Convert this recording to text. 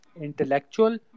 intellectual